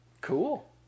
Cool